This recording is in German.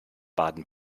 baden